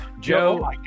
Joe